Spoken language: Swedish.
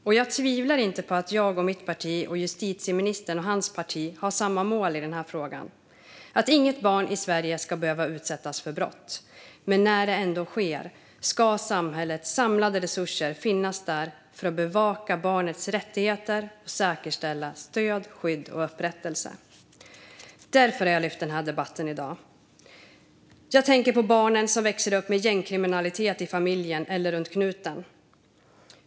Och jag tvivlar inte på att jag och mitt parti och justitieministern och hans parti har samma mål i den här frågan: att inget barn i Sverige ska behöva utsättas för brott. Men när det ändå sker ska samhällets samlade resurser finnas där för att bevaka barnets rättigheter och säkerställa skydd, stöd och upprättelse. Det är därför jag har denna interpellationsdebatt i dag. Jag tänker på de barn som växer upp med gängkriminalitet i familjen eller runt knuten.